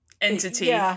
entity